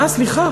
אה, סליחה.